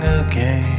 again